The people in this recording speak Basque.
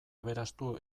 aberastu